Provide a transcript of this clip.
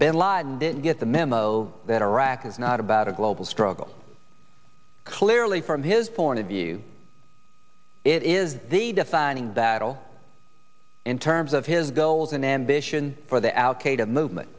bin laden didn't get the memo that iraq is not about a global struggle clearly from his point of view it is the defining battle in terms of his goals and ambition for the al qaeda movement